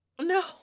No